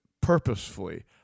purposefully